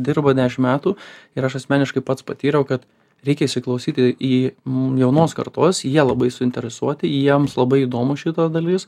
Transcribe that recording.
dirba dešim metų ir aš asmeniškai pats patyriau kad reikia įsiklausyti į jaunos kartos jie labai suinteresuoti jiems labai įdomu šita dalis